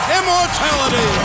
immortality